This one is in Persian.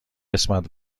قسمت